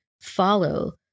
follow